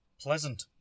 pleasant